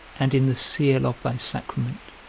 and in the seal of thy sacrament.